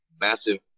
massive